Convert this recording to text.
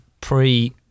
pre